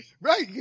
Right